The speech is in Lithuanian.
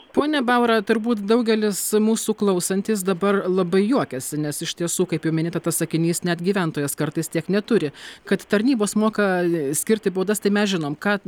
pone baura turbūt daugelis mūsų klausantis dabar labai juokiasi nes iš tiesų kaip jau minėta tas sakinys net gyventojas kartais tiek neturi kad tarnybos moka skirti baudas tai mes žinom ką